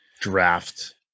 draft